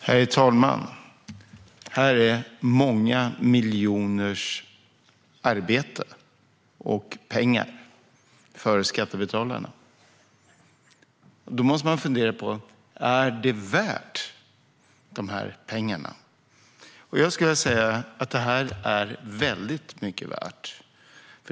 Herr talman! Granskningsbetänkandet, som jag håller i händerna, är ett arbete som kostat många miljoner av skattebetalarnas pengar. Då måste man fundera på om det är värt pengarna. Jag skulle vilja säga att det här är väldigt mycket värt.